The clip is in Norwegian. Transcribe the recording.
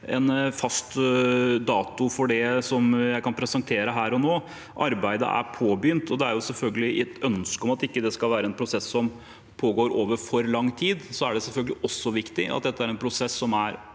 en fast dato for det som jeg kan presentere her og nå. Arbeidet er påbegynt, og det er selvfølgelig et ønske om at det ikke skal være en prosess som pågår over for lang tid. Det er selvfølgelig også viktig at dette er en prosess som er